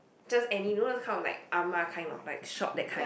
just any you know those kind of like ah ma kind like shop that kind